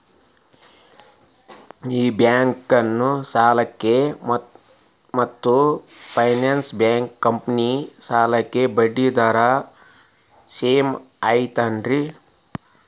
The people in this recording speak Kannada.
ಈ ಬ್ಯಾಂಕಿನ ಸಾಲಕ್ಕ ಮತ್ತ ಫೈನಾನ್ಸ್ ಕಂಪನಿ ಸಾಲಕ್ಕ ಬಡ್ಡಿ ದರ ಸೇಮ್ ಐತೇನ್ರೇ?